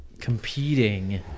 competing